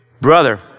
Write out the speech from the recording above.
Brother